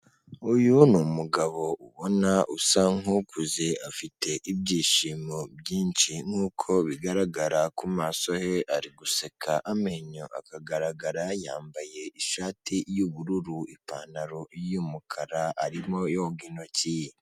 Uyu ni umugabo ubona usa nk'ukuze, afite ibyishimo byinshi nk'uko bigaragara ku maso he ari guseka amenyo akagaragara, yambaye ishati y'ubururu ipantaro y'umukara arimo yoga intoki.